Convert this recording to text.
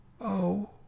oh